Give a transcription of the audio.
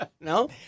No